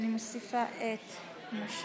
חוק